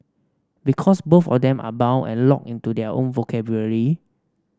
because both of them are bound and locked into their own vocabulary